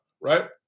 right